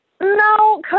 No